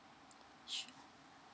sure